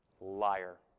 liar